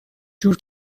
جور